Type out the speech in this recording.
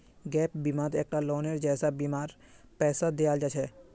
gap बिमात एक टा लोअनेर जैसा बीमार पैसा दियाल जाहा